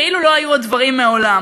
כאילו לא היו דברים מעולם.